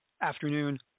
afternoon